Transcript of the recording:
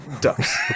Ducks